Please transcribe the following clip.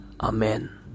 amen